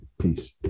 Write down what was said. Peace